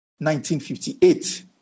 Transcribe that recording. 1958